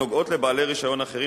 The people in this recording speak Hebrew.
הנוגעות לבעלי רשיון אחרים,